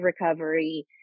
recovery